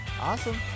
awesome